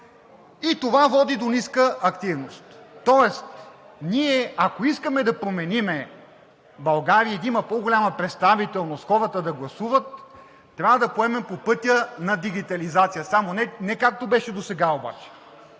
и това води до ниска активност. Тоест ние, ако искаме да променим България и да има по-голяма представителност, хората да гласуват трябва да поемем по пътя на дигитализация. Само не както беше досега обаче,